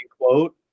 quote